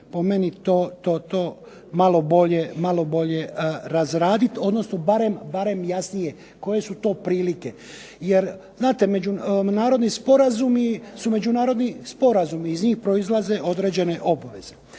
po meni to malo bolje razraditi, odnosno barem jasnije koje su to prilike jer znate međunarodni sporazumi su međunarodni sporazumi. Iz njih proizlaze određene obveze.